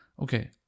Okay